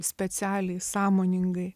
specialiai sąmoningai